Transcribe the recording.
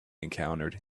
encountered